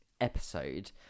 episode